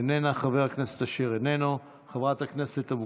איננה, חבר הכנסת אשר איננו, חברת הכנסת אבקסיס,